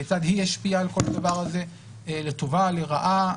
כיצד היא השפיעה על כל הדבר הזה, לטובה, לרעה.